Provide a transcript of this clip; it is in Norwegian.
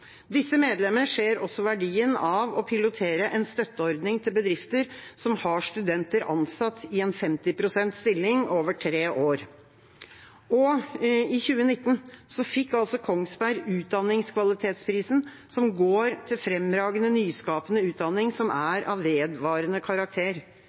Disse medlemmer ser også verdien av å pilotere en støtteordning for bedrifter som har studenter ansatt i en 50 pst. stilling over tre år.» I 2019 fikk Kongsberg Utdanningskvalitetsprisen, som går til fremragende, nyskapende utdanning som